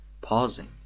Pausing